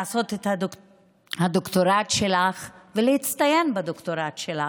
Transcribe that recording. לעשות את הדוקטורט שלך ולהצטיין בדוקטורט שלך,